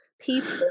people